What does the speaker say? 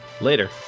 Later